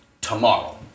tomorrow